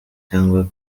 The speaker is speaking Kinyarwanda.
cyangwa